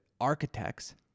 architects